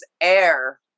air